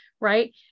right